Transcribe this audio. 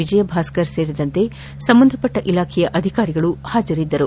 ವಿಜಯಭಾಸ್ತರ್ ಸೇರಿದಂತೆ ಸಂಬಂಧಪಟ್ಟ ಇಲಾಖೆಯ ಅಧಿಕಾರಿಗಳು ಹಾಜರಿದ್ದರು